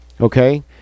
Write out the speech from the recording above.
Okay